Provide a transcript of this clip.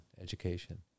education